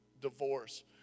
divorce